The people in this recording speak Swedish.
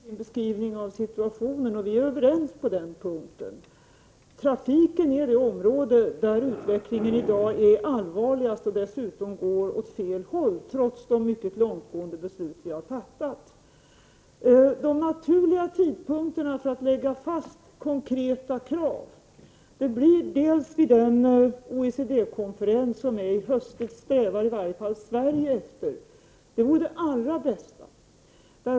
Herr talman! Viola Furubjelke har alldeles rätt i sin beskrivning av situationen. Vi är överens på den punkten. Trafiken är det område där utvecklingen i dag är allvarligast, och dessutom går den åt fel håll, trots de mycket långtgående beslut vi har fattat. De naturliga tidpunkterna för att lägga fram konkreta krav blir för det första vid den OECD-konferens som äger rum i höst. Det strävar i varje fall Sverige efter. Det vore det allra bästa.